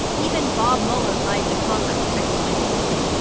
even bob mueller lied to congress, exclamation point.